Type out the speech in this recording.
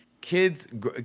Kids